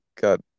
got